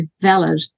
valid